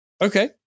Okay